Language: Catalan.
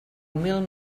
mil